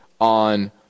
on